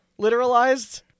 literalized